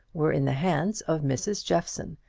were in the hands of mrs. jeffson,